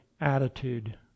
attitude